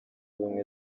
ubumwe